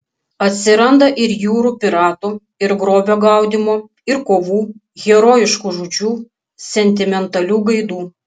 atsiranda ir jūrų piratų ir grobio gaudymo ir kovų herojiškų žūčių sentimentalių gaidų